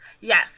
Yes